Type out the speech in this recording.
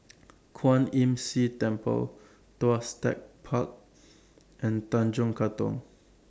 Kwan Imm See Temple Tuas Tech Park and Tanjong Katong